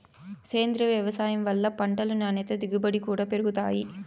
సేంద్రీయ వ్యవసాయం వల్ల పంటలు నాణ్యత దిగుబడి కూడా పెరుగుతాయి